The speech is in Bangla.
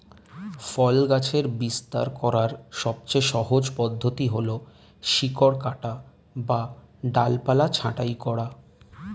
ফল গাছের বিস্তার করার সবচেয়ে সহজ পদ্ধতি হল শিকড় কাটা বা ডালপালা ছাঁটাই করা